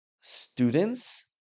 students